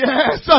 Yes